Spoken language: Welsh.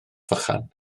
vychan